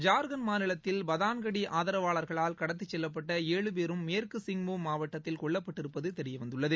ஜார்கண்ட் மாநிலத்தில் பதான்கடி ஆதரவாளர்களால் கடத்தி செல்லப்பட்ட ஏழு பேரும் மேற்கு சிங்பூம் மாவட்டத்தில் கொல்லப்பட்டிருப்பது தெரியவந்துள்ளது